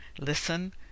Listen